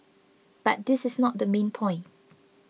but this is not the main point